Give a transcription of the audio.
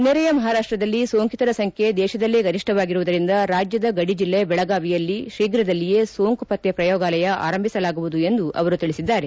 ನೆರೆಯ ಮಹಾರಾಷ್ಟದಲ್ಲಿ ಸೋಂಕಿತರ ಸಂಖ್ಯೆ ದೇಶದಲ್ಲೇ ಗರಿಷ್ಠವಾಗಿರುವುದರಿಂದ ರಾಜ್ಯದ ಗಡಿ ಜಿಲ್ಲೆ ಬೆಳಗಾವಿಯಲ್ಲಿ ಶೀಘ್ರದಲ್ಲಿಯೇ ಸೋಂಕು ಪತ್ತೆ ಪ್ರಯೋಗಾಲಯ ಆರಂಭಿಸಲಾಗುವುದು ಎಂದು ಅವರು ತಿಳಿಸಿದ್ದಾರೆ